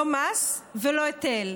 לא מס ולא היטל,